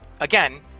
again